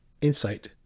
insight